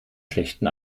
schlechten